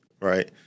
right